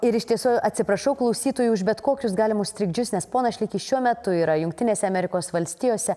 ir iš tiesų atsiprašau klausytojų už bet kokius galimus trikdžius nes ponas šlekys šiuo metu yra jungtinėse amerikos valstijose